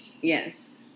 Yes